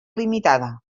limitada